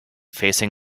facing